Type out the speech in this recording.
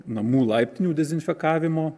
namų laiptinių dezinfekavimo